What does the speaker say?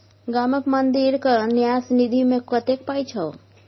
गामक मंदिरक न्यास निधिमे कतेक पाय छौ